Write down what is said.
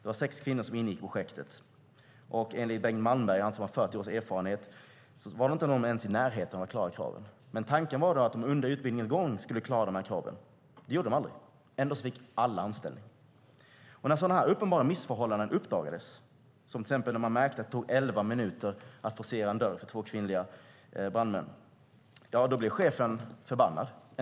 Det var sex kvinnor som ingick i projektet. Enligt Bengt Malmberg, han som har 40 års erfarenhet, var de inte ens i närheten av att klara kraven. Tanken var att de under utbildningens gång skulle klara dessa krav. Det gjorde de dock aldrig. Ändå fick alla anställning. När sådana här uppenbara misshållanden uppdagades, till exempel när man märkte att det tog elva minuter att forcera en dörr för två kvinnliga brandmän, blev chefen förbannad.